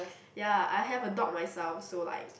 ya I have a dog myself so like